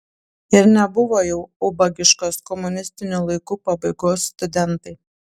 ir nebuvo jau ubagiškos komunistinių laikų pabaigos studentai